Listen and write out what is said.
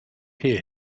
hear